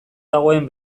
dagoen